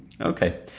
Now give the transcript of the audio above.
Okay